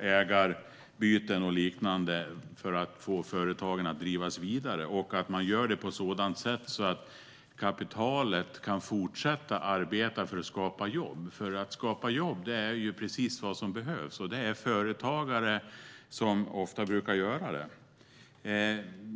ägarbyten och liknande för att få företagen att drivas vidare och att man gör det på ett sådant sätt att kapitalet kan fortsätta arbeta för att skapa jobb. Att skapa jobb är ju precis vad som behövs, och det är ofta företagare som gör det.